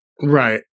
Right